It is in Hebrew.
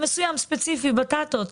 מסוים ספציפי, בטטות.